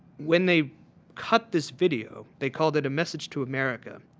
when they cut this video they called it a message to america.